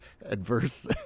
adverse